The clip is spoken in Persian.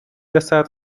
رسد